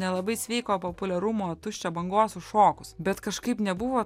nelabai sveiko populiarumo tuščio bangos užšokus bet kažkaip nebuvo